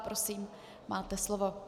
Prosím, máte slovo.